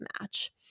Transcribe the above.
match